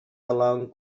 along